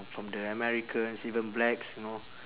from the americans even blacks know